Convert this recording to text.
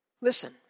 Listen